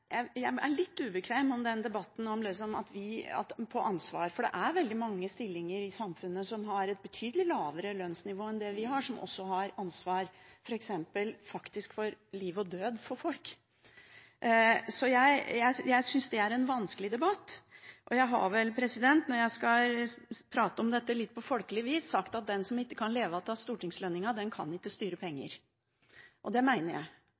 men jeg er litt ubekvem med debatten om ansvar, for det er veldig mange stillinger i samfunnet som har et betydelig lavere lønnsnivå enn det vi har, som også har ansvar, faktisk for liv og død for folk. Så jeg synes det er en vanskelig debatt. Jeg har, når jeg skal prate om dette, på litt folkelig vis sagt at den som ikke kan leve av stortingslønninga, kan ikke styre penger. Og det mener jeg.